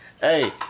Hey